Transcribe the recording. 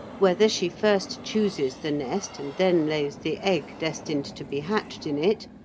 whether she first chooses the nest and then lays the egg destined to be hatched in it,